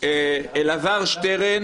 "אלעזר שטרן